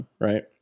right